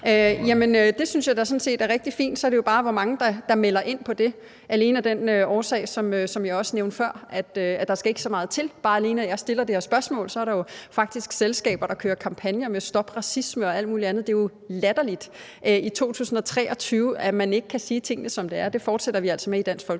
set er rigtig fint. Så handler det jo bare om, hvor mange der melder ind på det, alene af den årsag, at der, som jeg også nævnte før, ikke skal så meget til. Altså, bare det, at jeg stiller det her spørgsmål, gør jo faktisk, at der er selskaber, der kører kampagner med stop racisme og alt muligt andet. Det er jo latterligt, at man i 2023 ikke kan sige tingene, som de er. Det fortsætter vi altså med i Dansk Folkeparti,